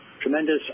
tremendous